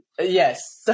yes